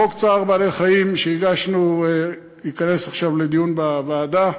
חוק צער בעלי-חיים שהגשנו וייכנס עכשיו לדיון בוועדה,